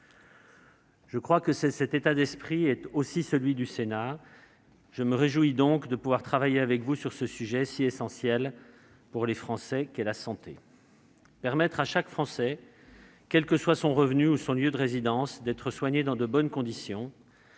me semble que cet état d'esprit est aussi celui du Sénat. Je me réjouis donc de pouvoir travailler avec vous sur ce sujet ô combien essentiel pour les Français, la santé. Permettre à chaque Français, quel que soit son revenu ou son lieu de résidence, d'être soigné dans de bonnes conditions